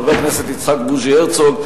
חבר הכנסת יצחק הרצוג,